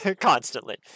constantly